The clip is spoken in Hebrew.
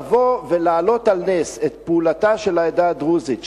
לבוא ולהעלות על נס את הפעולה של העדה הדרוזית,